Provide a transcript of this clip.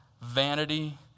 vanity